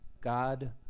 God